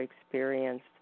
experienced